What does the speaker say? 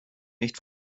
nicht